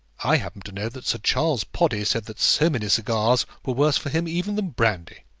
i happen to know that sir charles poddy said that so many cigars were worse for him even than brandy.